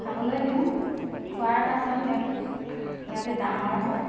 খাবলৈ দিওঁ খোৱাৰ পাছত সিহঁতি সিহঁতি ডাঙৰ হয়